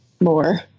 more